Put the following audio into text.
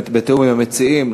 בתיאום עם המציעים,